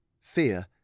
fear